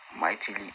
mightily